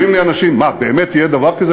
אומרים לי אנשים: מה, באמת יהיה דבר כזה?